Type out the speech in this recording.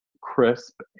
crisp